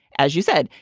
as you said,